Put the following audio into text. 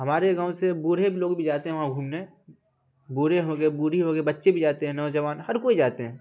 ہمارے گاؤں سے بوڑھے بھی لوگ بھی جاتے ہیں وہاں گھومنے بوڑھے ہو گئے بوڑھی ہو گئے بچے بھی جاتے ہیں نوجوان ہر کوئی جاتے ہیں